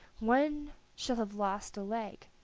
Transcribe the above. one shall have lost a leg,